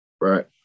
Right